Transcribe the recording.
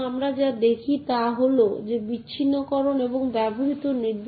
আমরা এটি access matrix দেখে এবং মালিক সেই বিশেষটিতে উপস্থিত আছে কিনা তা লক্ষ্য করে এটি করি